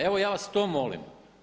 Evo ja vas to molim.